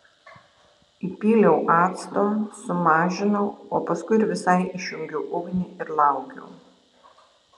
įpyliau acto sumažinau o paskui ir visai išjungiau ugnį ir laukiau